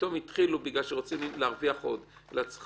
שפתאום התחילו בגלל שרוצים להרוויח עוד אלא צריך